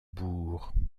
bourg